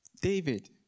David